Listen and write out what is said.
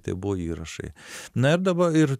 tai buvo įrašai na ir dabar ir